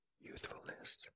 youthfulness